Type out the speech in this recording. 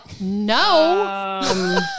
no